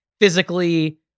physically